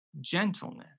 gentleness